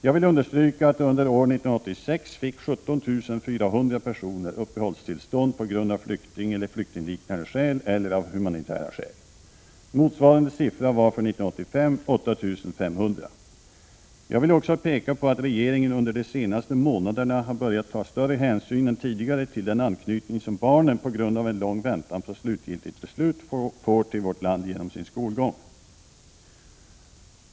Jag vill understryka att under år 1986 fick 17 400 personer uppehållstillstånd på grund av flyktingeller flyktingliknande skäl eller av humanitära skäl. Motsvarande siffra var 8 500 för år 1985. Jag vill också peka på att regeringen under de senaste månaderna har börjat ta större hänsyn än tidigare till den anknytning som barnen på grund av en lång väntan på slutligt beslut får till vårt land genom sin skolgång.